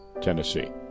Tennessee